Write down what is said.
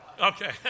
Okay